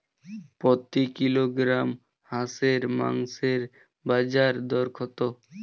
প্রতি কিলোগ্রাম হাঁসের মাংসের বাজার দর কত?